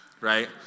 right